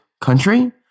country